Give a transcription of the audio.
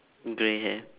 grey hair